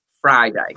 Friday